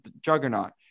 juggernaut